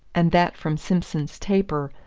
and that from simson's taper,